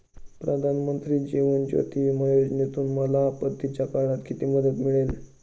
प्रधानमंत्री जीवन ज्योती विमा योजनेतून मला आपत्तीच्या काळात किती मदत मिळेल?